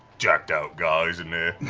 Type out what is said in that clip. jacked-out guys in there?